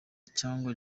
cyangwa